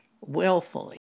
willfully